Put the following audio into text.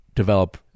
develop